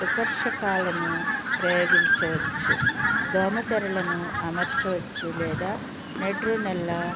యొకర్షకాలను ప్రయోగించవచ్చు దోమ తెరలను అమర్చవచ్చు లేదా నైట్రోనెల్లా